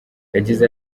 yagize